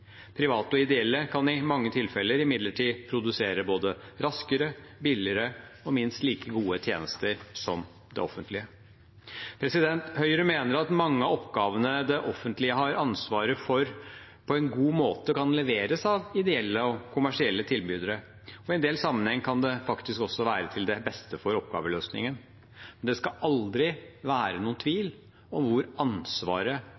Private og ideelle kan i mange tilfeller imidlertid produsere både raskere, billigere og minst like gode tjenester som det offentlige. Høyre mener at mange av oppgavene det offentlige har ansvaret for, på en god måte kan leveres av ideelle og kommersielle tilbydere, og i en del sammenhenger kan det faktisk også være til beste for oppgaveløsningen, men det skal aldri være noen